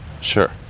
Sure